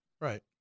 right